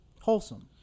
wholesome